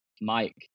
mike